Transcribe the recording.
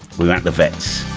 were at the vets,